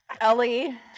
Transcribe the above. Ellie